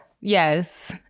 Yes